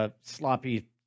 Sloppy